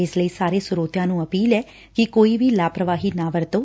ਇਸ ਲਈ ਸਾਰੇ ਸਰੋਤਿਆਂ ਨੂੰ ਅਪੀਲ ਐ ਕਿ ਕੋਈ ਵੀ ਲਾਪਰਵਾਹੀ ਨਾ ਵਰਤੋਂ